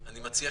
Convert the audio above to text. יכול